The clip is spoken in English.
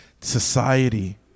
society